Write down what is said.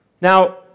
Now